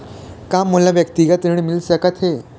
का मोला व्यक्तिगत ऋण मिल सकत हे?